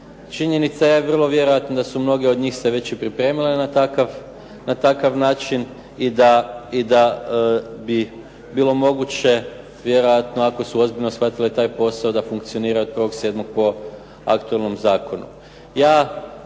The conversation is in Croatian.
Činjenica je vrlo vjerojatno da su mnogi od njih se već i pripremile na takav način i da bi bilo moguće vjerojatno ako su ozbiljno shvatile taj posao da funkcionira od 1.7. po aktualnom zakonu.